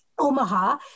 Omaha